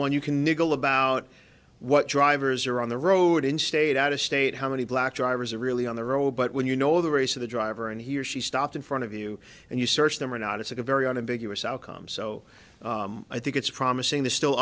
one you can niggle about what drivers are on the road in state out of state how many black drivers are really on the road but when you know the race of the driver and he or she stopped in front of you and you search them or not it's a very unambiguous outcome so i think it's promising the still